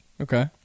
Okay